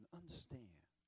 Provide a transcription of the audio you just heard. understand